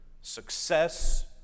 success